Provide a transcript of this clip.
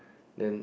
then